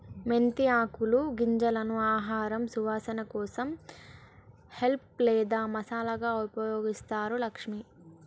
మెంతి ఆకులు గింజలను ఆహారంలో సువాసన కోసం హెల్ప్ లేదా మసాలాగా ఉపయోగిస్తారు లక్ష్మి